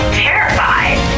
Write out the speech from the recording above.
terrified